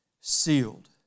sealed